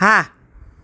હા